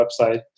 website